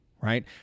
right